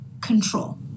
control